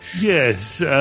Yes